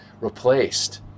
replaced